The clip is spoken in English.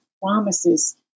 promises